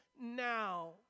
now